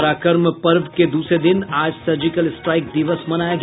पराक्रम पर्व के दूसरे दिन आज सर्जिकल स्ट्राईक दिवस मनाया गया